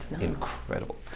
Incredible